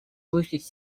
versus